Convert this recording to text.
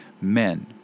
men